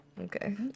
Okay